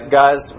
guys